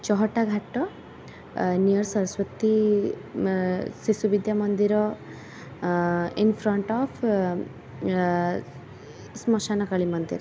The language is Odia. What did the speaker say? Chahata Ghat near Saraswati Shishu Vidya Mandir in front of ଶ୍ମଶାନ କାଳୀ ମନ୍ଦିର